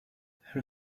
her